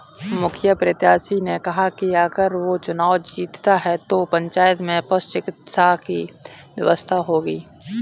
मुखिया प्रत्याशी ने कहा कि अगर वो चुनाव जीतता है तो पंचायत में पशु चिकित्सा की व्यवस्था होगी